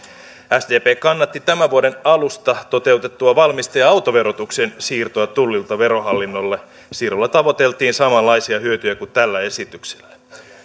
sdp kannatti tämän vuoden alusta toteutettua valmiste ja autoverotuksen siirtoa tullilta verohallinnolle siirrolla tavoiteltiin samanlaisia hyötyjä kuin tällä esityksellä